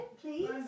please